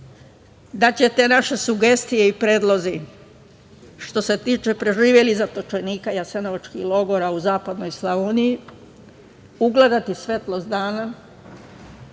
da ćete naše sugestije i predloge, što se tiče preživelih zatočenika jasenovačkih logora u zapadnoj Slavoniji, ugledati svetlost dana,